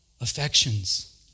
affections